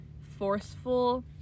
forceful